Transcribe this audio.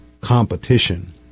competition